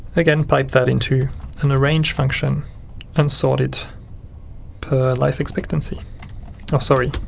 again pipe that into an arrange function and sort it per life expectancy oh sorry,